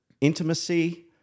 intimacy